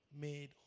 made